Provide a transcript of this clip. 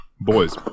boys